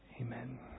amen